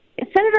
Senator